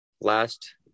last